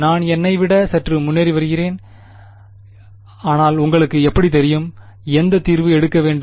நான் என்னை விட சற்று முன்னேறி வருகிறேன் ஆனால் உங்களுக்கு எப்படி தெரியும் எந்த தீர்வு எடுக்க வேண்டும்